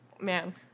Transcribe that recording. man